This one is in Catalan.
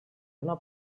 una